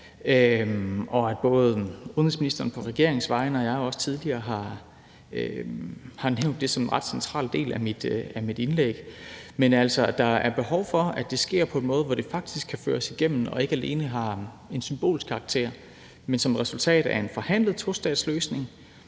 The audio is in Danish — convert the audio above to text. i ring. Udenrigsministeren på regeringens vegne har nævnt det, og jeg har også tidligere nævnt det som en ret central del af mit indlæg. Men altså, der er behov for, at det sker på en måde, hvor det faktisk kan føres igennem og ikke alene har en symbolsk karakter. Det skal være som resultat af en forhandlet tostatsløsning